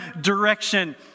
direction